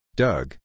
Doug